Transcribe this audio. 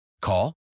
Call